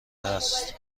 است